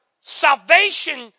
salvation